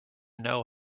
know